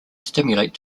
stimulate